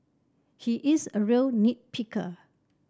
he is a real nit picker